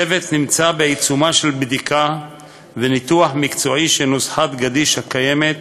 הצוות נמצא בעיצומם של בדיקה וניתוח מקצועי של נוסחת גדיש הקיימת